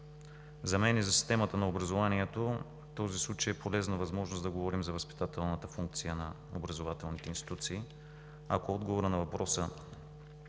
За мен и за системата на образованието този случай е полезна възможност да говорим за възпитателната функция на образователните институции. Ако отговорът на въпроса